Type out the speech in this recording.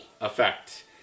effect